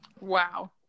Wow